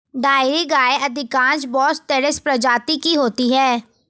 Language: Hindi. डेयरी गायें अधिकांश बोस टॉरस प्रजाति की होती हैं